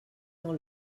dans